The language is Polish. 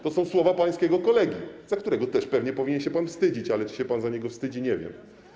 To są słowa pańskiego kolegi, za którego też pewnie powinien się pan wstydzić, ale czy się pan za niego wstydzi, nie wiem.